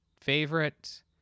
favorite